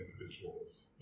individuals